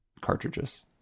cartridges